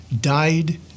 died